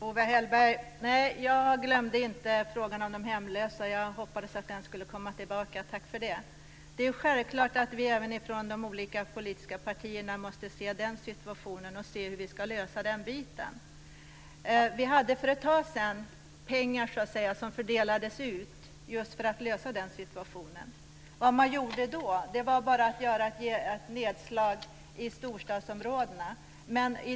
Fru talman! Jag glömde inte frågan om de hemlösa - jag hoppades att den skulle komma tillbaka. Tack för det! Det är självklart att vi från de olika politiska partierna måste se på den situationen och hur vi ska lösa den biten. För ett tag sedan fördelades pengar ut just för att klara den situationen. Vad man då gjorde var bara ett nedslag i storstadsområdena.